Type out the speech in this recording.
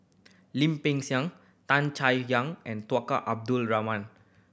Lim Peng Siang Tan Chay Yan and Tunku Abdul Rahman